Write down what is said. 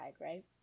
right